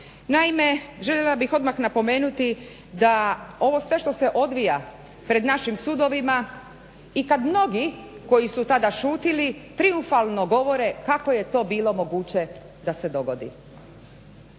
Naime, željela bih odmah napomenuti da ovo sve što se odvija pred našim sudovima i kad mnogi koji su tada šutjeli trijumfalno govore kako je to bilo moguće da se dogodi.